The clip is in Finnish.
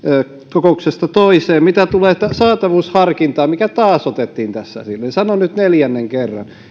kokouksesta toiseen mitä tulee saatavuusharkintaan mikä taas otettiin tässä esille niin sanon nyt neljännen kerran